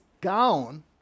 gown